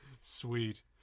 Sweet